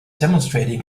demonstrating